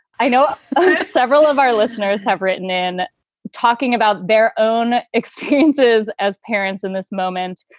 i know several of our listeners have written in talking about their own experiences as parents in this moment.